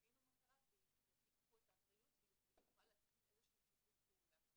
יבינו מה קרה וייקחו את האחריות ויוכל להתחיל איזשהו שיתוף פעולה.